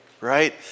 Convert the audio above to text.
right